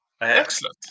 Excellent